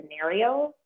scenarios